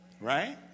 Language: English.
right